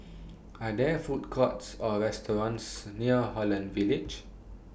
Are There Food Courts Or restaurants near Holland Village